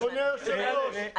אדוני היושב ראש,